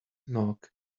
knock